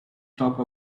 talk